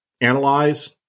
analyze